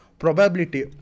Probability